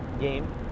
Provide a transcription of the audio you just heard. game